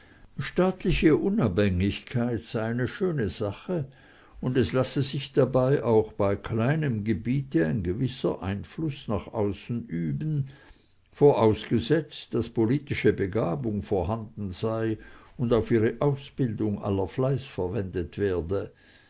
staatliche unabhängigkeit sei eine schöne sache und es lasse sich dabei auch bei kleinem gebiete ein gewisser einfluß nach außen üben vorausgesetzt daß politische begabung vorhanden sei und auf ihre ausbildung aller fleiß verwendet werde